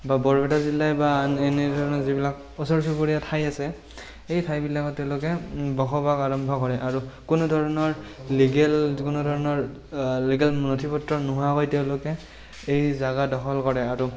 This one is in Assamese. বা বৰপেটা জিলা বা এনেধৰণৰ যিবিলাক ওচৰ চুবুৰীয়া ঠাই আছে সেই ঠাইবিলাকত তেওঁলোকে বসবাস আৰম্ভ কৰে আৰু কোনোধৰণৰ লিগেল কোনোধৰণৰ লিগেল নথি পত্ৰ নোহোৱাকৈ তেওঁলোকে এই জেগা দখল কৰে আৰু